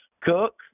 Cook